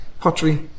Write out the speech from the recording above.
pottery